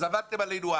אז עבדתם עלינו,